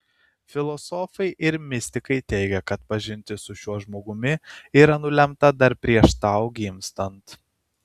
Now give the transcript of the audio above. filosofai ir mistikai teigia kad pažintis su šiuo žmogumi yra nulemta dar prieš tau gimstant